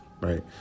right